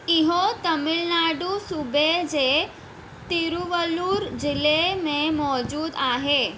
इहो तमिलनाडु सूबे जे तिरुवल्लूर ज़िले में मौजूदु आहे